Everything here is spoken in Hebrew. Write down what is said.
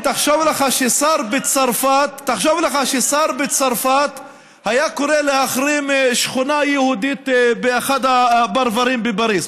תחשוב לך ששר בצרפת היה קורא להחרים שכונה יהודית באחד הפרברים בפריז.